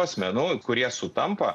asmenų kurie sutampa